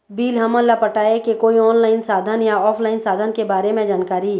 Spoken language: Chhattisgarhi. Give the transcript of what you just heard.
बिल हमन ला पटाए के कोई ऑनलाइन साधन या ऑफलाइन साधन के बारे मे जानकारी?